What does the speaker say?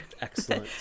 excellent